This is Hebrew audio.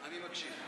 אני מקשיב.